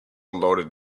loaded